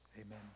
Amen